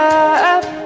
up